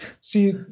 see